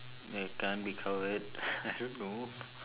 like can't be covered I don't know